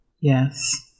Yes